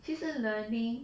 其实 learning